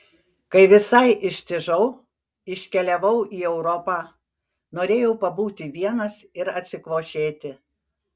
kai visai ištižau iškeliavau į europą norėjau pabūti vienas ir atsikvošėti